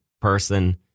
person